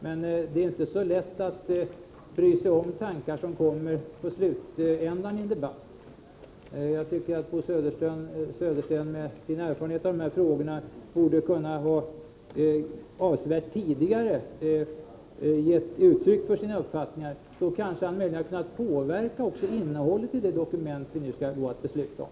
Men det är inte så lätt att bry sig om tankar som kommer i slutet av en debatt. Jag tycker att Bo Södersten med sin erfarenhet av de här frågorna borde ha kunnat ge uttryck för sina uppfattningar avsevärt tidigare. Då kanske han också hade haft möjlighet att påverka innehållet i det dokument vi nu skall besluta om.